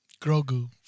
Grogu